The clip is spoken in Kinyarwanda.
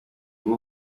ubu